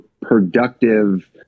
productive